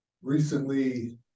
recently